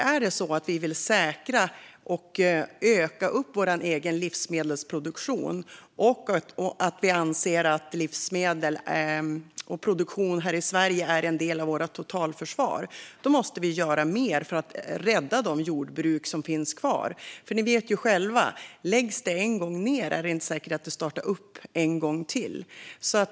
Är det så att vi vill säkra och öka vår egen livsmedelsproduktion och anser att livsmedelsproduktion här i Sverige är en del av vårt totalförsvar måste vi göra mer för att rädda de jordbruk som finns kvar. Ni vet ju själva - läggs ett jordbruk en gång ned är det inte säkert att det startas upp en gång till.